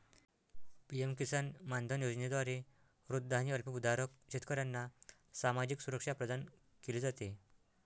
PM Kisan Maandhan योजनेद्वारे वृद्ध आणि अल्पभूधारक शेतकऱ्यांना सामाजिक सुरक्षा प्रदान केली जाते